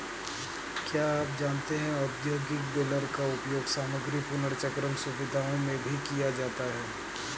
क्या आप जानते है औद्योगिक बेलर का उपयोग सामग्री पुनर्चक्रण सुविधाओं में भी किया जाता है?